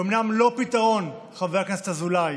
היא אומנם לא פתרון מלא, חבר הכנסת אזולאי,